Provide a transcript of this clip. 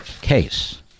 case